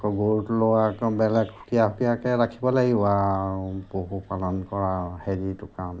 গৰুটোলৈ আকৌ বেলেগ সুকীয়া সুকীয়াকৈ ৰাখিব লাগিব আৰু পশু পালন কৰা হেৰি কাৰণ